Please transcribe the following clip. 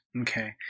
Okay